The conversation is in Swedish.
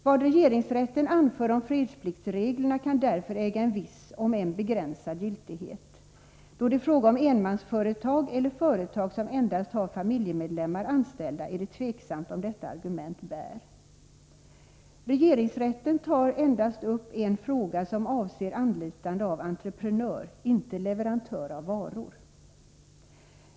Vad regeringsrätten anför om fredspliktsreglerna kan därför äga en viss, om än begränsad giltighet. Då det är fråga om enmansföretag eller företag som endast har familjemedlemmar anställda, är det tveksamt om detta argument bär. Regeringsrätten tar endast upp en fråga som avser anlitande av entreprenör, inte leverantör av varor.